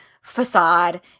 facade